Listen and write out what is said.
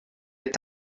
est